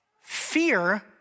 Fear